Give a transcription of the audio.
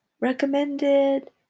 recommended